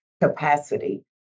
capacity